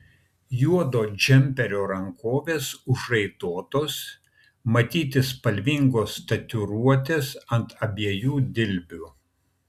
juodo džemperio rankovės užraitotos matyti spalvingos tatuiruotės ant abiejų dilbių